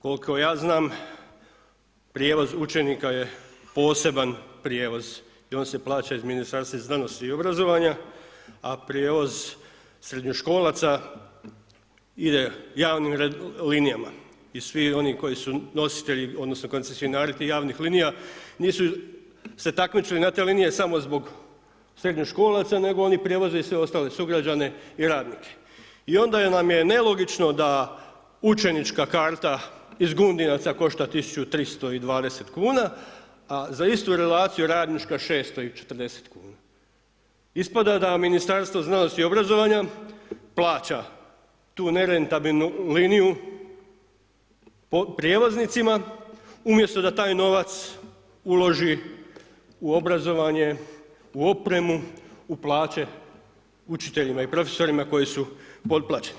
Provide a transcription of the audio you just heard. Koliko ja znam prijevoz učenika je poseban prijevoz i on se plaća iz Ministarstva znanosti i obrazovanja, a prijevoz srednjoškolaca ide javnim linijama i svi oni koji su nositelji odnosno koncesionari tih javnih linija nisu se takmičili na te linije samo zbog srednjoškolaca nego oni prevoze i sve ostale sugrađane i radnike i onda nam je nelogično da učenička karta iz Gunjevaca 1.320 kuna, a za istu relaciju radnička 640 kuna, ispada da Ministarstvo znanosti i obrazovanja plaća tu nerentabilnu liniju prijevoznicima umjesto da taj novac uloži u obrazovanje, u opremu, u plaće učiteljima i profesorima koji su potplaćeni.